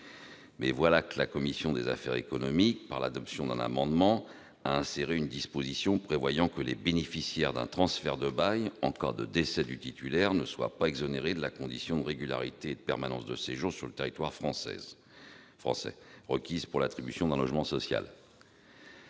parc social. La commission des affaires économiques, par l'adoption d'un amendement, a inséré une disposition prévoyant que les bénéficiaires d'un transfert de bail, en cas de décès du titulaire, ne soient pas exonérés de la condition de régularité et de permanence du séjour sur le territoire français requise pour l'attribution d'un logement social.